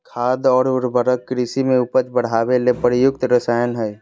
खाद और उर्वरक कृषि में उपज बढ़ावे ले प्रयुक्त रसायन हइ